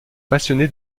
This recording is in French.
passionné